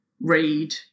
read